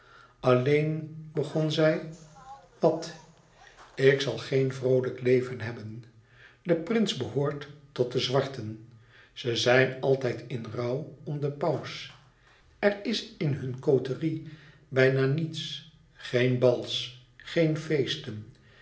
alleen begon zij wat ik zal geen vroolijk leven hebben de prins behoort tot de zwarten ze zijn altijd in rouw om den paus er is in hun côterie bijna niets geen bals geen feesten